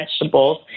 vegetables